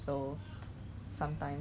like 你没有打算要拿 lah 是吗